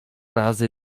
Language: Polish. razy